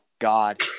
God